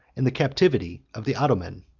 and the captivity of the ottoman.